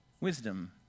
Wisdom